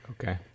Okay